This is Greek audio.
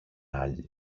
άλλοι